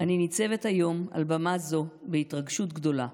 אני ניצבת היום על במה זו בהתרגשות גדולה,